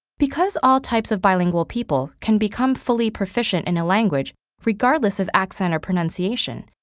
because all types of bilingual people can become fully proficient in a language regardless of accent or pronunciation,